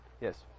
Yes